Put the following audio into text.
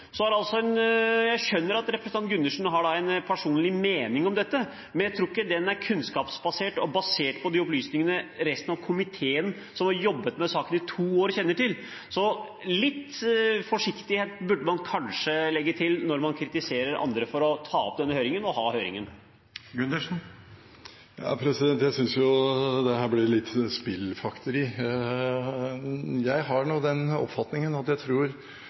Jeg skjønner at representanten Gundersen har en personlig mening om dette, men jeg tror ikke den er kunnskapsbasert og basert på de opplysningene resten av komiteen, som har jobbet med denne saken i to år, kjenner til. Så litt forsiktighet burde man kanskje legge til når man kritiserer andre for å ta opp denne høringen – og å ha høringen. Jeg synes dette blir litt spillfekteri. Jeg har den oppfatningen at jeg tror